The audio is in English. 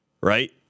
right